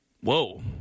Whoa